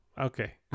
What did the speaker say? okay